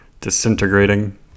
disintegrating